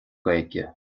gaeilge